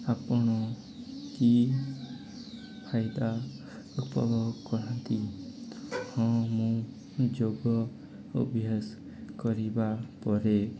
ଆପଣ କି ଫାଇଦା ଉପଭୋଗ କରନ୍ତି ହଁ ମୁଁ ଯୋଗ ଅଭ୍ୟାସ କରିବା ପରେ